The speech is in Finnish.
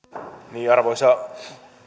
arvoisa